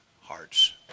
hearts